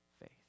faith